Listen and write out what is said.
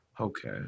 Okay